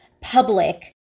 public